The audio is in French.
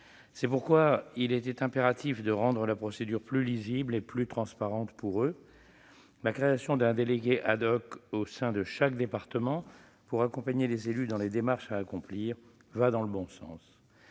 C'est pourquoi il était impératif de rendre la procédure plus lisible et plus transparente pour eux. La création d'un délégué au sein de chaque département pour accompagner les élus dans les démarches à accomplir va dans le bon sens.